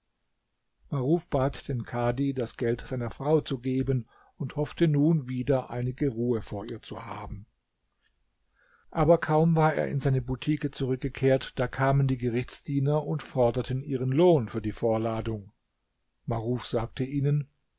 maruf bat den kadhi das geld seiner frau zu geben und hoffte nun wieder einige ruhe vor ihr zu haben aber kaum war er in seine butike zurückgekehrt da kamen die gerichtsdiener und forderten ihren lohn für die vorladung maruf sagte ihnen